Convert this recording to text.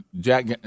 Jack